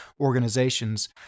organizations